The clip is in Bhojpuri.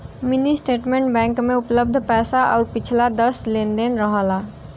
मिनी स्टेटमेंट बैंक में उपलब्ध पैसा आउर पिछला दस लेन देन रहेला